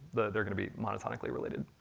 they're going to be monotonically related.